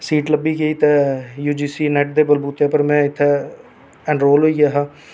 seat लब्भी गई ते यू जी सी नेट दे बलबूते पर में उत्थै इनरोल होईया हा